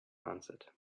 answered